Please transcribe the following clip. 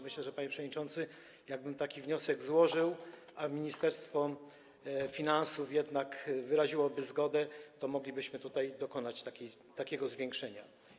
Myślę, panie przewodniczący, że jakbym taki wniosek złożył, a Ministerstwo Finansów jednak wyraziłoby zgodę, to moglibyśmy dokonać takiego zwiększenia.